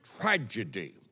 tragedy